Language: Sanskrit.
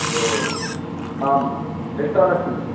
भो आं दृष्टवान् अस्मि